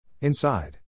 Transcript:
Inside